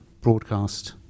broadcast